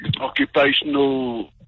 occupational